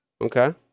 Okay